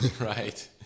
right